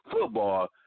football